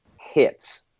hits